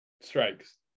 strikes